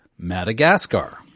Madagascar